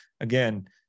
Again